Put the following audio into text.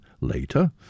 later